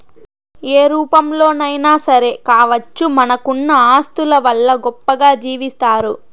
ఏ రూపంలోనైనా సరే కావచ్చు మనకున్న ఆస్తుల వల్ల గొప్పగా జీవిస్తారు